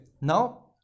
now